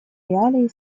реалии